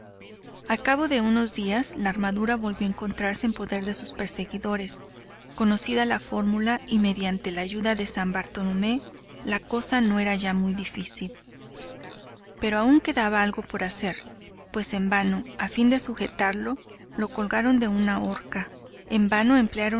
cabo de algunos días la armadura volvió a encontrarse en poder de sus perseguidores conocida la fórmula y mediante la ayuda de san bartolomé la cosa no era ya muy difícil pero aun quedaba algo por hacer pues en vano a fin de sujetarla la colgaron de una horca en vano emplearon